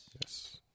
Yes